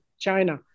China